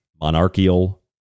monarchical